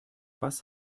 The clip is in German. was